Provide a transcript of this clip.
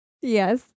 Yes